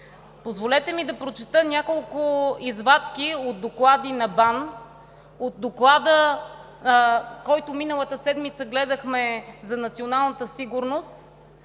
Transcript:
Позволете ми да прочета няколко извадки от доклади на БАН, от Доклада, който миналата седмица гледахме, за националната сигурност,